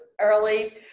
early